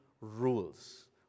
rules